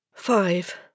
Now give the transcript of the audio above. Five